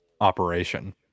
operation